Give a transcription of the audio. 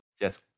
Yes